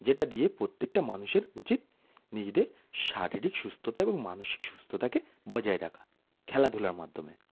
যেটা দিয়ে প্রত্যেকটা মানুষের উচিত নিজেদের শারীরিক সুস্থতা এবং মানসিক সুস্থতাকে বজায় রাখা খেলাধূলার মাধ্যমে